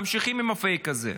ממשיכים עם הפייק הזה.